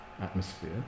atmosphere